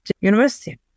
university